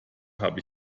hab